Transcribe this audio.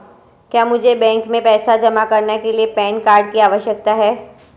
क्या मुझे बैंक में पैसा जमा करने के लिए पैन कार्ड की आवश्यकता है?